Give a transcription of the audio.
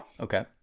Okay